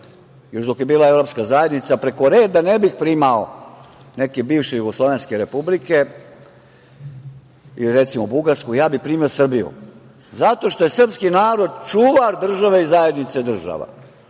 još dok je bila Evropska zajednica, preko reda ne bih primao neke bivše jugoslovenske republike ili recimo Bugarsku, ja bi primio Srbiju. Zato što je srpski narod čuvar države i zajednice država.